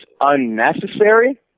unnecessary